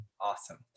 Awesome